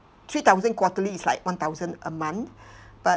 three thousand quarterly is like one thousand a month but